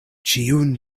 ĉiun